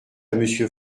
monsieur